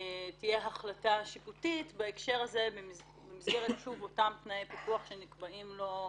תהיה החלטה שיפוטית בהקשר הזה במסגרת אותם תנאי פיקוח שנקבעים לו,